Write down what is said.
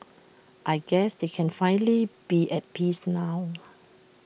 I guess they can finally be at peace now